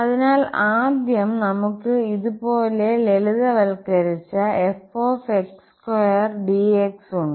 അതിനാൽ ആദ്യം നമുക് ഇത് പോലെ ലളിതവൽക്കരിച്ച f2 dx ഉണ്ട്